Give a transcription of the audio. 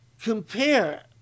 compare